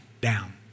down